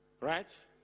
right